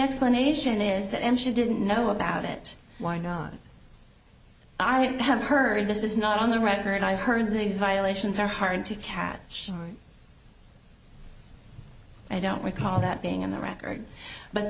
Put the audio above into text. explanation is that and she didn't know about it why not i have heard this is not on the record i heard these violations are hard to catch i don't recall that being on the record but